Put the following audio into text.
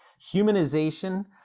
humanization